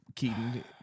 Keaton